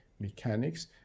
mechanics